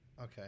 Okay